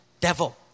devil